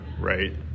right